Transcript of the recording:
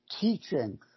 teaching